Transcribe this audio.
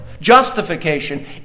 Justification